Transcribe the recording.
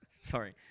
sorry